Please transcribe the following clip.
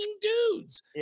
dudes